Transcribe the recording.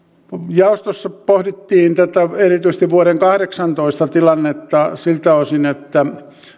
jaostossa pohdittiin erityisesti vuoden kahdeksantoista tilannetta siltä osin että